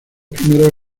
primeros